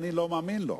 אני לא מאמין לו".